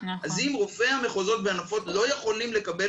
אז אם רופאי המחוזות והנפות לא יכולים לקבל